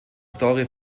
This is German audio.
story